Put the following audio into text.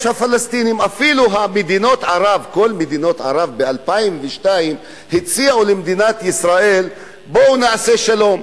אפילו כל מדינות ערב ב-2002 הציעו למדינת ישראל: בואו נעשה שלום,